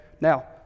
Now